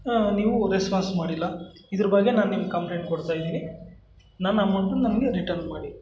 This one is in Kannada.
ನೀವೂ ರೆಸ್ಪಾನ್ಸ್ ಮಾಡಿಲ್ಲ ಇದ್ರ ಬಗ್ಗೆ ನಾ ನಿಮ್ಗೆ ಕಂಪ್ಲೇಂಟ್ ಕೊಡ್ತಾಯಿದ್ದೀನಿ ನನ್ನ ಅಮೌಂಟು ನನಗೆ ರಿಟನ್ ಮಾಡಿ